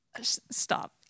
stop